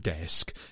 desk